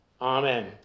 Amen